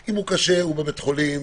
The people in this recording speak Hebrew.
אם הוא קשה, הוא בבית חולים.